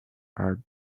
are